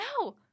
No